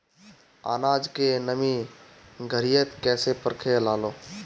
आनाज के नमी घरयीत कैसे परखे लालो?